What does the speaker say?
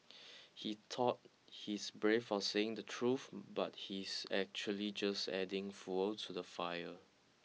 he thought he's brave for saying the truth but he's actually just adding fuel to the fire